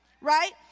Right